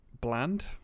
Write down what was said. bland